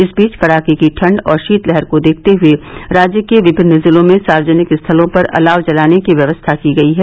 इस बीच कड़ाके की ठंड और शीतलहर को देखते हये राज्य के विभिन्न जिलों में सार्वजनिक स्थलों पर अलाव जलाने की व्यवस्था की गयी है